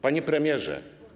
Panie Premierze!